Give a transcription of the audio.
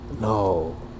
no